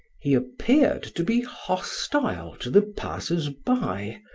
he appeared to be hostile to the passers-by,